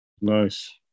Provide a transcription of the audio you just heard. Nice